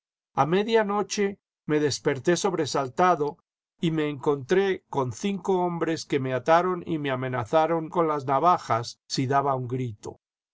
a media noche me desperté sobresaltado y me encontré con cinco hombres que me ataron y me amenazaron con las navajas si daba un grito